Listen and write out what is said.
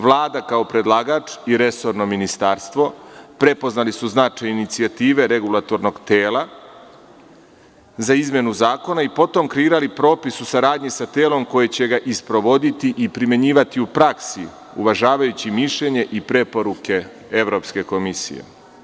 Vlada kao predlagač i resorno ministarstvo prepoznali su značaj inicijative regulatornog tela za izmenu zakona i potom kreirali propis u saradnji sa telom koje će ga i sprovoditi i primenjivati u praksi, uvažavajući mišljenje i preporuke Evropske komisije.